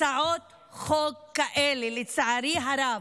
הצעות חוק כאלה, לצערי הרב,